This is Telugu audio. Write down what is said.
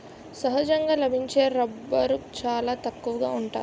సహజంగా లభించే రబ్బరు చాలా తక్కువగా ఉంటాది